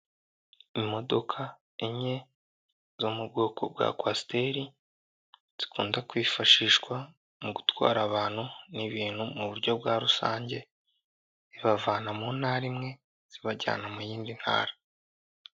Imodoka enye zo mu bwoko bwa kwasiteri zikunda kwifashishwa mu gutwara abantu n'ibintu mu buryo bwa rusange zibavana mu ntara imwe zibajyana mu yindi ntara.